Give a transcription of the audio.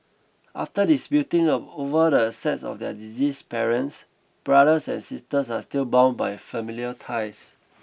after disputing of over the assets of their deceased parents brothers and sisters are still bound by familial ties